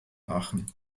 aachen